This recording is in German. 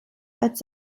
als